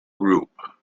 group